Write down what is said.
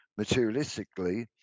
materialistically